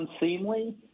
unseemly